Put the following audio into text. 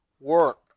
work